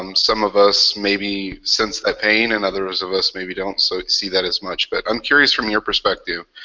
um some of us maybe sense that pain and others of us maybe don't so see that as much, but i'm curious from your perspective,